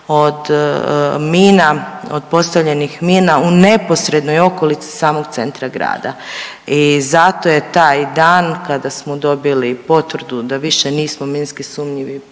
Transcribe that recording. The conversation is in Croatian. od postavljenih mina u neposrednoj okolici u samog centra grada. I zato je taj dan kada smo dobili potvrdu da više nismo minski sumnjivi,